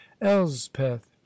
Elspeth